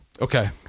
Okay